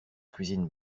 cuisine